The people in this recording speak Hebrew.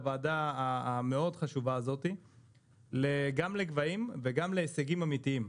הוועדה המאוד חשובה הזאת גם לגבהים וגם להישגים אמיתיים,